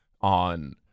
on